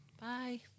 Bye